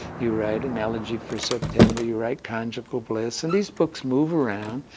you write analogy for september, you write conjugal bliss, and these books move around,